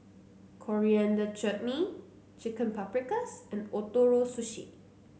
Coriander Chutney Chicken Paprikas and Ootoro Sushi